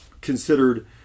considered